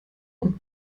und